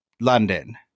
London